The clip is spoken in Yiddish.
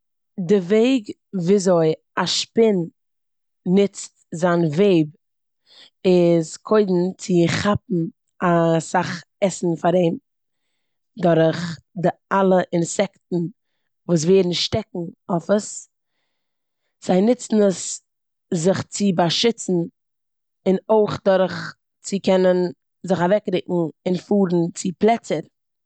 די וועג וויאזוי א שפין נוצט זיין וועב איז קודם צו כאפן אסאך עסן פאר אים דורך די אלע אינסעקטן וואס ווערן שטעקן אויף עס. זיי נוצן עס זיך צו באשיצן און אויך דורך צו קענען זיך אוועקרורן און פארן צו פלעצער.